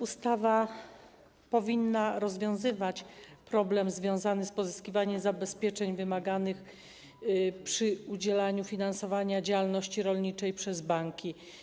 Ustawa powinna rozwiązywać problem związany z pozyskiwaniem zabezpieczeń wymaganych przy udzielaniu finansowania działalności rolniczej przez banki.